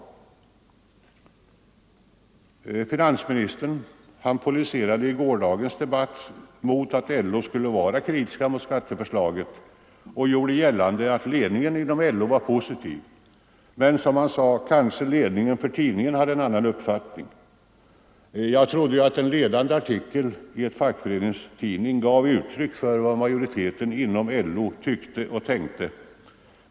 När finansministern i gårdagens debatt polemiserade mot att LO skulle vara kritisk mot skatteförslaget, gjorde han gällande att ledningen inom LO var positiv men att, som han sade, kanske ledningen för tidningen hade en annan uppfattning. Jag trodde att en ledande artikel i en fackföreningstidning gav uttryck för vad majoriteten inom LO tyckte och tänkte.